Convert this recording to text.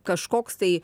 kažkoks tai